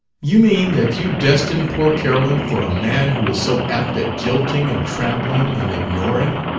you mean that you destine poor carolyn for a man who is so apt at jilting and trampling and ignoring?